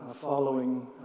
following